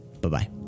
Bye-bye